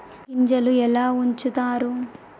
గింజలు ఎలా ఉంచుతారు?